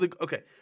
Okay